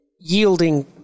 yielding